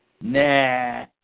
Nah